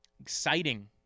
exciting